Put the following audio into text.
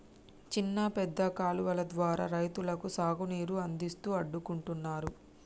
చిన్న పెద్ద కాలువలు ద్వారా రైతులకు సాగు నీరు అందిస్తూ అడ్డుకుంటున్నారు